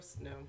No